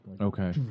Okay